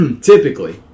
typically